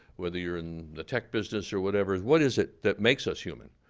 whether you're in the tech business or whatever, what is it that makes us human?